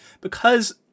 because-